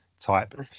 type